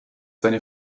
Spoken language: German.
seine